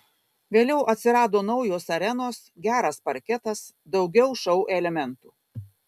vėliau atsirado naujos arenos geras parketas daugiau šou elementų